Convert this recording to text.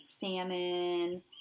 salmon